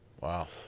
Wow